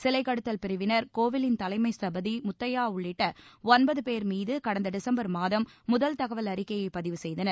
சிலை கடத்தல் பிரிவினர் கோவிலின் தலைமை ஸ்தபதி முத்தையா உள்ளிட்ட ஒன்பது பேர் மீது கடந்த டிசம்பர் மாதம் முதல் தகவல் அறிக்கையை பதிவு செய்தனர்